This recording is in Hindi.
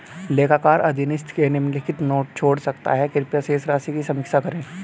लेखाकार अधीनस्थ के लिए निम्नलिखित नोट छोड़ सकता है कृपया शेष राशि की समीक्षा करें